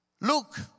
Luke